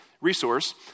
resource